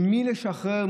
ממי לשחרר?